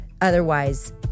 otherwise